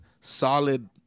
solid